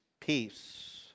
Peace